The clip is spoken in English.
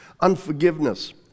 unforgiveness